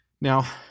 now